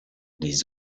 les